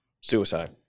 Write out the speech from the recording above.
Suicide